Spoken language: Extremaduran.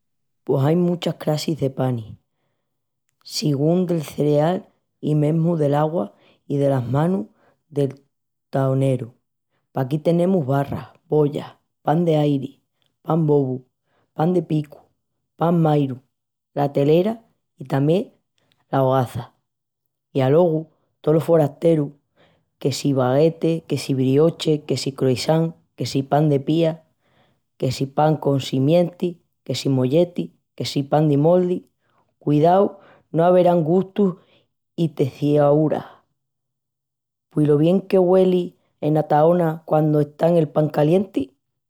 Pos ain muchas crassis de panis. Sigún del cereal i mesmu del'augua i delas manus del taoneru. Paquí tenemus barras, bollas, pan d'airi, pan bobu, pan de picu, pan maríu, la telera i tamién la hogaza. I alogu tolos folasterus, que si baguette, que si brioche, que si croissants, que si pan de pita, que si pan con simientis, que si molletis, que si pan de moldi.... Cudiau no averán gustus i teciúras! Pui lo bien que güeli ena taona quandu está'l pan calienti?